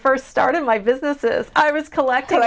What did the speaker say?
first started my businesses i was collecting